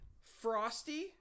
Frosty